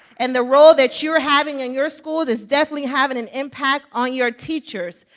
and the role that you're having in your schools is definitely have an an impact on your teachers,